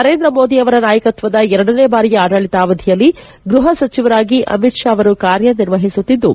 ನರೇಂದ್ರಮೋದಿಯವರ ನಾಯಕತ್ವದ ಎರಡನೇ ಬಾರಿಯ ಆಡಳಿತಾವಧಿಯಲ್ಲಿ ಗೃಹಸಚಿವರಾಗಿ ಅಮಿತ್ ಷಾ ಅವರು ಕಾರ್ಯನಿರ್ವಹಿಸುತ್ತಿದ್ದು